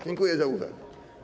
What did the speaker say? Dziękuję za uwagę.